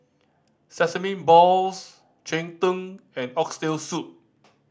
sesame balls cheng tng and Oxtail Soup